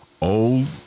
Old